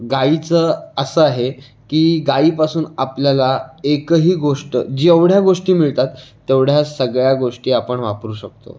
गायीचं असं आहे की गायीपासून आपल्याला एकही गोष्ट जेवढ्या गोष्टी मिळतात तेवढ्या सगळ्या गोष्टी आपण वापरू शकतो